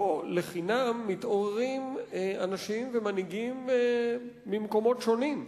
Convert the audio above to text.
לא לחינם מתעוררים אנשים ומנהיגים ממקומות שונים,